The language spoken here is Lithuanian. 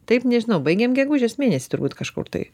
taip nežinau baigiam gegužės mėnesį turbūt kažkur tai